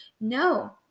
No